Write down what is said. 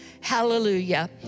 hallelujah